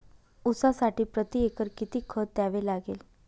ऊसासाठी प्रतिएकर किती खत द्यावे लागेल?